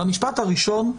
המשפט הראשון הוא: